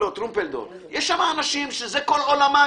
יש שם אנשים שזה כל עולמם,